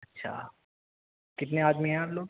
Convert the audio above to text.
اچھا کتنے آدمی ہیں آپ لوگ